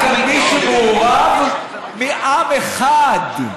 רק על מי שמעורב מעם אחד.